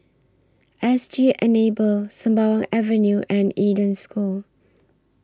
S G Enable Sembawang Avenue and Eden School